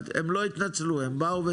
הם לא התנצלו, הם באו ודיברו.